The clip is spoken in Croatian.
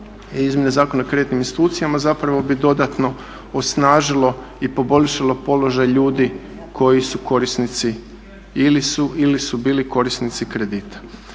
i izmjene Zakona o kreditnim institucijama zapravo bi dodatno osnažilo i poboljšalo položaj ljudi koji su korisnici ili su bili korisnici kredita.